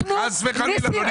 חס וחלילה.